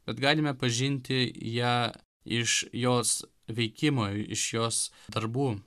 bet galime pažinti ją iš jos veikimo iš jos darbų